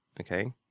Okay